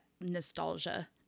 nostalgia